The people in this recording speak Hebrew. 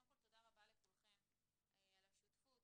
קודם כל תודה רבה לכולכם על השותפות.